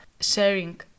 sharing